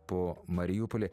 po marijumpolį